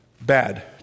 Bad